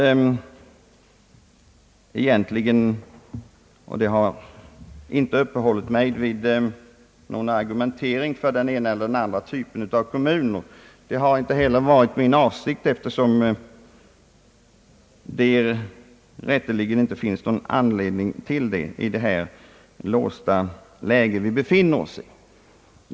Herr talman! Jag har inte uppehållit mig vid någon argumentering för den ena eller andra typen av kommuner. Det har inte heller varit min avsikt, eftersom det inte finns någon anledning till det i det låsta läge frågan befinner sig i.